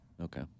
Okay